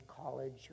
college